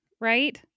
right